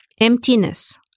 emptiness